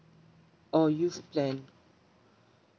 oh youth plan